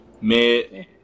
Mid